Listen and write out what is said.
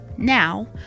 now